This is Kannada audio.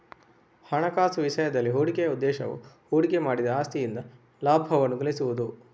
ಹಣಕಾಸು ವಿಷಯದಲ್ಲಿ, ಹೂಡಿಕೆಯ ಉದ್ದೇಶವು ಹೂಡಿಕೆ ಮಾಡಿದ ಆಸ್ತಿಯಿಂದ ಲಾಭವನ್ನು ಗಳಿಸುವುದು